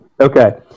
Okay